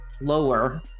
lower